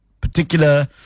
particular